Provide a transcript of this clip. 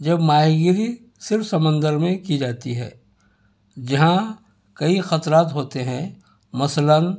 جب ماہی گیری صرف سمندر میں کی جاتی ہے جہاں کئی خطرات ہوتے ہیں مثلاً